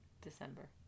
December